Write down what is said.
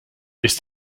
ist